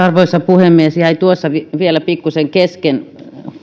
arvoisa puhemies jäi tuossa äskeisessä puheenvuorossani vielä asia pikkuisen kesken